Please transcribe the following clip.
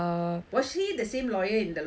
was he the same lawyer in the lower